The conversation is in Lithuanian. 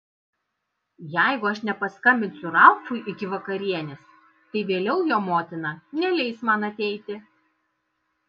jeigu aš nepaskambinsiu ralfui iki vakarienės tai vėliau jo motina neleis man ateiti